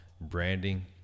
branding